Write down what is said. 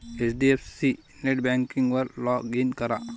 HDFC नेटबँकिंगवर log in करा